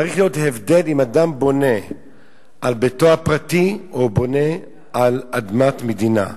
צריך להיות הבדל אם אדם בונה על ביתו הפרטי או בונה על אדמת מדינה,